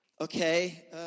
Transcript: Okay